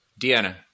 Deanna